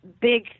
big